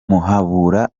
muhabura